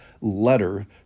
letter